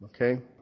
Okay